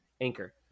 Anchor